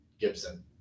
Gibson